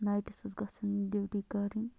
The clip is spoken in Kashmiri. نایٹ حظ گژھن ڈیوٹی کَرٕنۍ